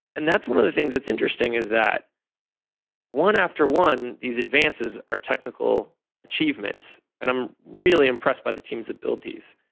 and that's one of the things that's interesting is that one after one, these advances are technical achievements and i'm really impressed by teams that build these,